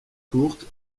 courte